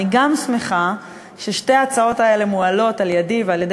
אני גם שמחה ששתי ההצעות האלה מועלות על-ידי ועל-ידי